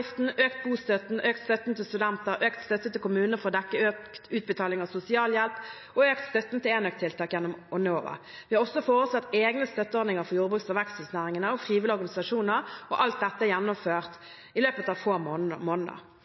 økt bostøtten, økt støtten til studenter, økt støtten til kommuner for å dekke økt utbetaling av sosialhjelp og økt støtten til enøktiltak gjennom Enova. Vi har også foreslått egne støtteordninger for jordbruks- og veksthusnæringene og frivillige organisasjoner, og alt dette er gjennomført i løpet av få måneder.